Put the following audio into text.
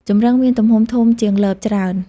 ចម្រឹងមានទំហំធំជាងលបច្រើន។